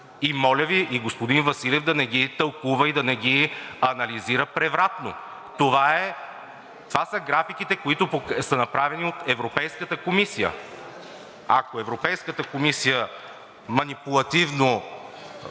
И моля Ви, и господин Василев да не ги тълкува и да не ги анализира превратно! Това са графиките, които са направени от Европейската комисия. Ако Европейската комисия манипулативно